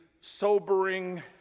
sobering